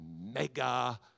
mega